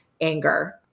anger